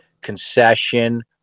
concession